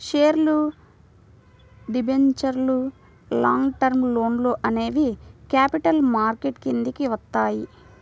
షేర్లు, డిబెంచర్లు, long term లోన్లు అనేవి క్యాపిటల్ మార్కెట్ కిందికి వత్తయ్యి